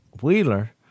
Wheeler